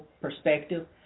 perspective